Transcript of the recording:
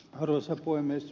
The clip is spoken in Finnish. arvoisa puhemies